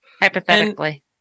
Hypothetically